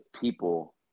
people